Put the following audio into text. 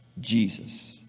Jesus